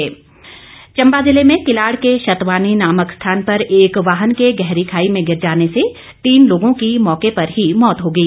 दुर्घटना चंबा जिले में किलाड़ के शतवानी नामक स्थान पर एक वाहन के गहरी खाई में गिर जाने से तीन लोगों की मौके पर ही मौत हो गई